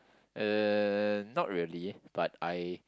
uh not really but I